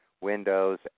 windows